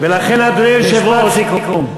ולכן, אדוני היושב-ראש, משפט סיכום.